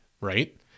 Right